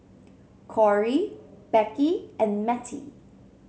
Korey Becky and Mettie